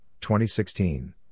2016